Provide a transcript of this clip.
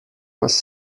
was